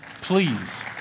Please